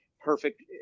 perfect